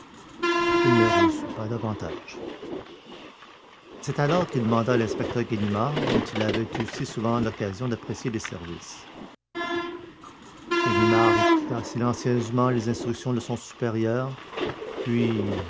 il ne réussit pas davantage c'est alors qu'il manda l'inspecteur principal ganimard dont il avait eu si souvent l'occasion d'apprécier les services ganimard écouta silencieusement les instructions de son supérieur puis